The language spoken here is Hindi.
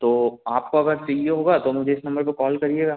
तो आपको अगर चाहिए होगा तो मुझे इस नंबर पे कॉल करिएगा